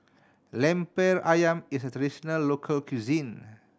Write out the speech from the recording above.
Lemper Ayam is a traditional local cuisine